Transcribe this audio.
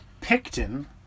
Picton